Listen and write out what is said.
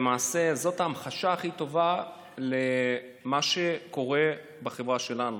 למעשה, זאת ההמחשה הכי טובה למה שקורה בחברה שלנו.